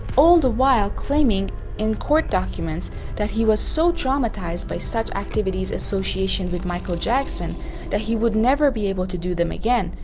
all the while claiming in court documents that he was so dramatized by such activities association with michael jackson that he would never be able to do them again.